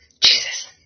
Jesus